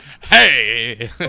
Hey